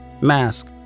Mask